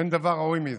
אין דבר ראוי מזה.